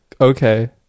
okay